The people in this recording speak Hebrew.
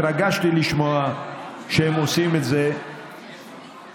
התרגשתי לשמוע שהם עושים את זה היום,